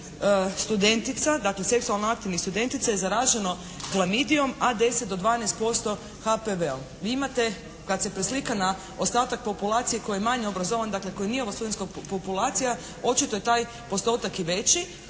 studentica dakle seksualno aktivnih studentica je zaraženo klamidijom, a 10% do 12% HPV-om. Vi imate kad se preslika na ostatak populacije koje je manje obrazovan dakle koji nije studentska populacija očito je taj postotak i veći.